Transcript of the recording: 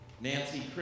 Nancy